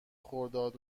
خرداد